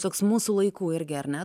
toks mūsų laikų irgi ar ne